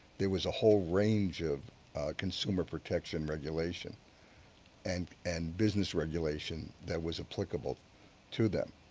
there was a whole range of consumer protection regulation and and business regulation that was applicable to them.